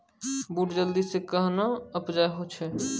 बूट जल्दी से कहना उपजाऊ छ?